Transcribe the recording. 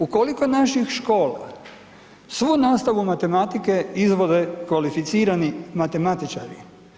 U koliko naših škola svu nastavu matematike izvode kvalificirani matematičari?